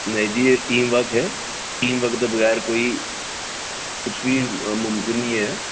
नेई जी एह् टीम वर्क ऐ टीम वर्क दे बगैर कोई कुछ बी मुमकिन नी ऐ